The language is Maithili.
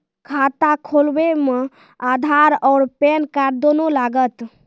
खाता खोलबे मे आधार और पेन कार्ड दोनों लागत?